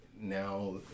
now